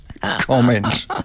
comment